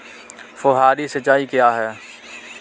फुहारी सिंचाई क्या है?